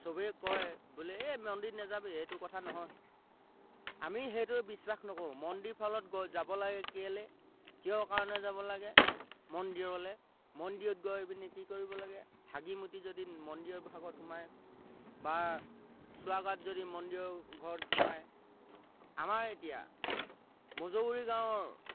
চবেই কয় বোলে এই মন্দিৰ নাযাবি সেইটো কথা নহয় আমি সেইটোৱে বিশ্বাস নকৰোঁ মন্দিৰ ফালত গৈ যাব লাগে কেলৈ কিয় কাৰণে যাব লাগে মন্দিৰলৈ মন্দিৰত গৈ পিনি কি কৰিব লাগে হাগি মুতি যদি মন্দিৰ এভাগত সোমায় বা চুৱা গাত যদি মন্দিৰৰ ঘৰত সোমায় আমাৰ এতিয়া মজগুৰি গাঁৱৰ